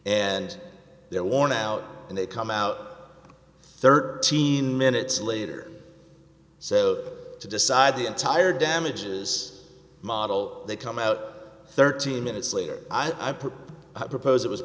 and they're worn out and they come out thirteen minutes later so to decide the entire damages model they come out thirty minutes later i put i propose it was